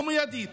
ומיידית.